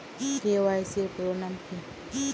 KYC এর পুরোনাম কী?